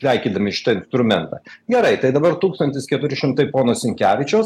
taikydami šitą instrumentą gerai tai dabar tūkstantis keturi šimtai pono sinkevičiaus